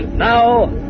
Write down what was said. Now